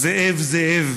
"זאב, זאב".